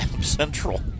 Central